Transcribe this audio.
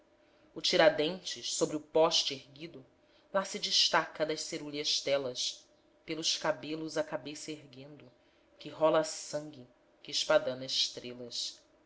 o tiradentes sobre o poste erguido lá se destaca das cerúleas telas pelos cabelos a cabeça erguendo que rola sangue que espadana estrelas